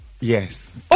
Yes